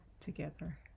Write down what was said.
together